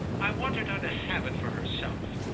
i wanted her to have it for herself,